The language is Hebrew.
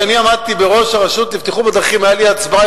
כשאני עמדתי בראש הרשות לבטיחות בדרכים היתה לי הסברה